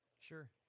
Sure